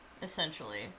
essentially